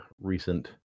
recent